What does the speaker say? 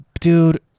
dude